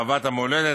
אהבת המולדת,